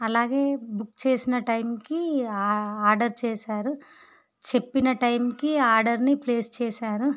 అలాగే బుక్ చేసిన టైంకి ఆ ఆర్డర్ చేశారు చెప్పిన టైంకి ఆర్డర్ని ప్లేస్ చేశారు